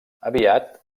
aviat